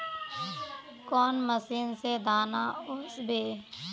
कौन मशीन से दाना ओसबे?